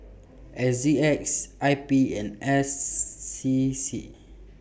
S G X I P and S C C